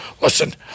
Listen